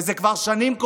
וזה קורה כבר שנים.